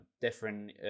different